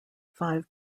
five